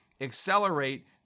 accelerate